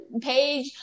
page